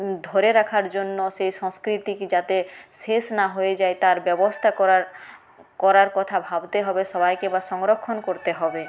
ধরে রাখার জন্য সে সংস্কৃতি যাতে শেষ না হয়ে যায় তার ব্যবস্থা করার করার কথা ভাবতে হবে সবাইকে বা সংরক্ষণ করতে হবে